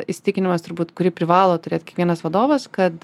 įsitikinimas turbūt kurį privalo turėt kiekvienas vadovas kad